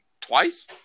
Twice